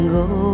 go